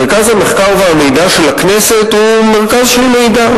מרכז המחקר והמידע של הכנסת הוא מרכז של מידע.